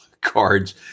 cards